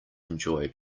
enjoy